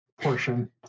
portion